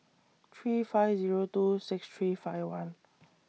three five Zero two six three five one